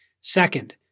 Second